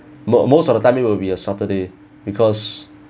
most most of the time it will be a saturday because